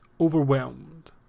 overwhelmed